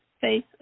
face